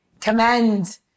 commend